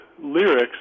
lyrics